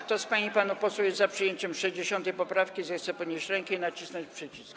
Kto z pań i panów posłów jest za przyjęciem 60. poprawki, zechce podnieść rękę i nacisnąć przycisk.